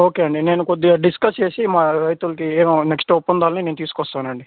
okay అండి నేను కొద్దిగా డిస్కస్ చేసి మా రైతులకు ఏమ నెక్స్ట్ ఒప్పందాలని నేను తీసుకొస్తాను అండి